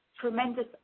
tremendous